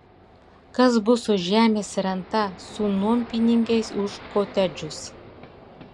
kas bus su žemės renta su nuompinigiais už kotedžus